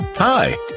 Hi